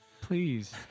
Please